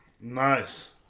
Nice